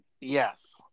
Yes